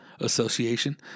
Association